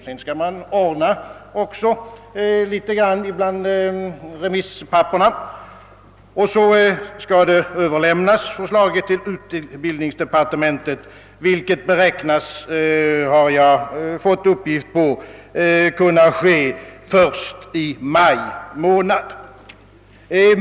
Sedan skall remisshandlingarna ordnas och så skall förslaget överlämnas till utbildningsdepartementet, vilket — har jag fått uppgift om — beräknas kunna ske först i maj månad.